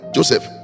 Joseph